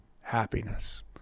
happiness